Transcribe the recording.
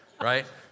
right